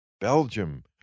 Belgium